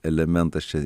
elementas čia